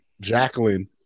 Jacqueline